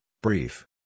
brief